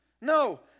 No